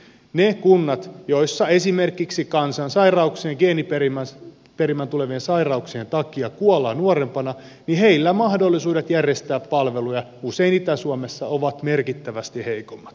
niissä kunnissa joissa esimerkiksi kansansairauksien ja geeniperimänä tulevien sairauksien takia kuollaan nuorempina mahdollisuudet järjestää palveluja usein itä suomessa ovat merkittävästi heikommat